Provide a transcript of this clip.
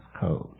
code